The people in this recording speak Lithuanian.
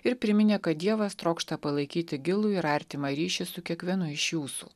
ir priminė kad dievas trokšta palaikyti gilų ir artimą ryšį su kiekvienu iš jūsų